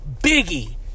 Biggie